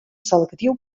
selectiu